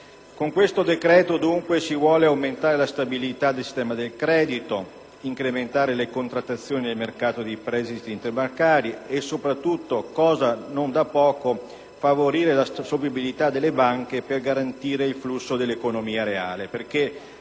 Con questo decreto, dunque, si vuole aumentare la stabilità del sistema del credito, incrementare le contrattazioni nel mercato dei prestiti interbancari e soprattutto, cosa non da poco, favorire la solvibilità delle banche per garantire il flusso dell'economia reale,